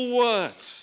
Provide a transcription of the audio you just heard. words